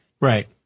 Right